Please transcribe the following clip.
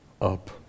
up